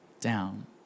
down